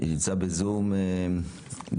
עורך דין שי סומך, משרד המשפטים.